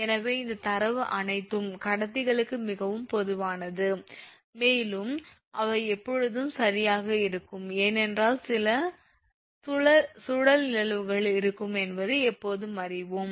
எனவே இந்த அதிர்வு அனைத்து கடத்திகளுக்கும் மிகவும் பொதுவானது மேலும் அவை எப்போதும் சரியாக இருக்கும் ஏனென்றால் சில சுழல் நிகழ்வுகள் இருக்கும் என்பதை எப்போதும் அறிவோம்